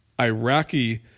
iraqi